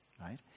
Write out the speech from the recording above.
right